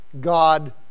God